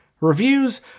Reviews